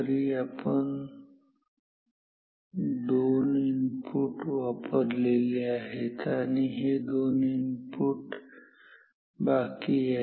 तरी आपण दोन इनपुट वापरलेले आहे आहेत आणि हे दोन इनपुट बाकी आहेत